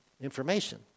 information